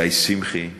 גיא שמחי,